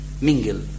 mingle